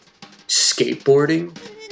skateboarding